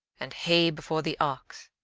and hay before the ox,